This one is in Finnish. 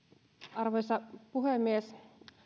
arvoisa puhemies